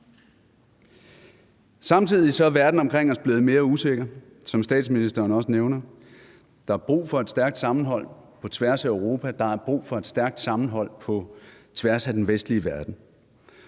Samtidig er verden omkring os blevet mere usikker, som statsministeren også nævner. Der er brug for et stærkt sammenhold på tværs af Europa. Der er brug for et stærkt sammenhold på tværs af den vestlige verden.